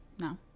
no